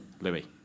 Louis